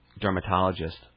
dermatologist